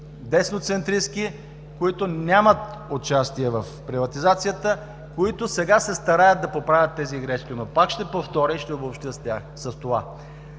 десноцентристки, които нямат участие в приватизацията, които сега се стараят да поправят тези грешки. Пак ще повторя и ще обобщя с това.